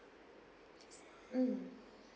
mm